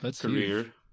career